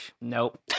Nope